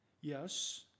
Yes